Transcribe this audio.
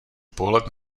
pohled